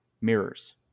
mirrors